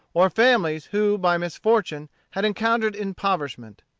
or families who by misfortune had encountered impoverishment.